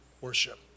worship